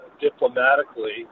diplomatically